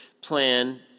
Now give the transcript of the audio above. plan